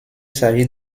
s’agit